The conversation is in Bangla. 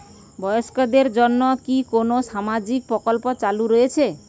বয়স্কদের জন্য কি কোন সামাজিক প্রকল্প চালু রয়েছে?